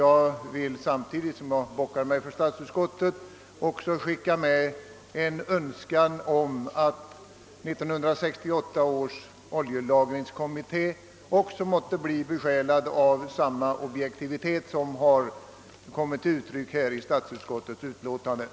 Jag vill samtidigt som jag bockar mig för statsutskottet skicka med en önskan om att 1968 års oljelagringskommitté måtte bli besjälad av samma objektivitet som har kommit till uttryck i förevarande utlåtande från statsutskottet.